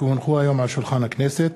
כי הונחו היום על שולחן הכנסת,